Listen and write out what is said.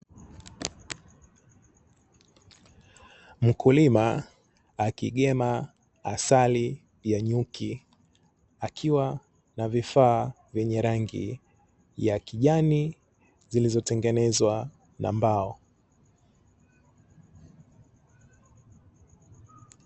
Mkulima akirina asali ya nyuki, akiwa na vifaa vyenye rangi ya kijani zilizotengenezwa na mbao.